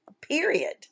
period